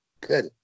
good